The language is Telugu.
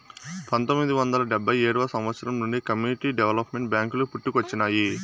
పంతొమ్మిది వందల డెబ్భై ఏడవ సంవచ్చరం నుండి కమ్యూనిటీ డెవలప్మెంట్ బ్యేంకులు పుట్టుకొచ్చినాయి